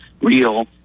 real